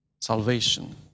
Salvation